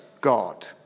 God